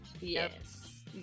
yes